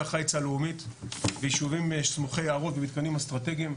החיץ הלאומית בישובים סמוכי יערות ומתקנים אסטרטגיים.